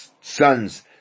son's